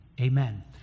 Amen